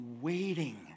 waiting